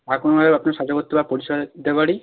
আর কোনোভাবে আপনাকে সাহায্য করতে বা পরিষেবা দিতে পারি